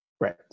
Right